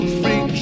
free